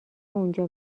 اونجا